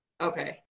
Okay